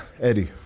Eddie